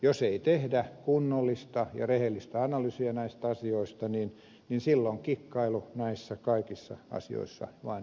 jos ei tehdä kunnollista ja rehellistä analyysiä näistä asioista niin silloin kikkailu näissä kaikissa asioissa vain jatkuu